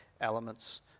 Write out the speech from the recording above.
elements